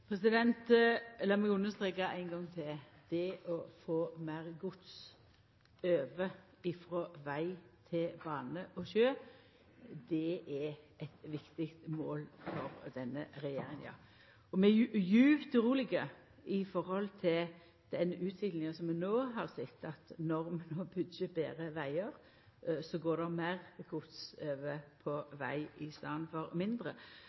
meg understreka ein gong til: Det å få meir gods over frå veg til bane og sjø er eit viktig mål for denne regjeringa. Vi er djupt urolege i forhold til den utviklinga vi no har sett, at når vi byggjer betre vegar, går det meir gods over på veg i staden for mindre.